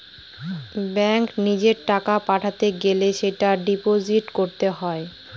ব্যাঙ্কে নিজের টাকা পাঠাতে গেলে সেটা ডিপোজিট করতে হয়